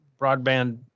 broadband